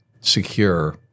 secure